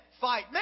fight